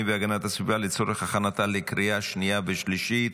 והגנת הסביבה לצורך הכנתה לקריאה שנייה ושלישית.